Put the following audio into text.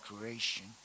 creation